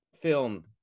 film